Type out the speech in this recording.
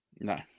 No